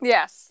Yes